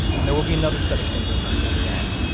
and there will be another set of fingers on the other end,